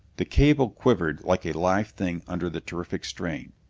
the cable quivered like a live thing under the terrific strain.